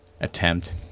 attempt